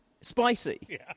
spicy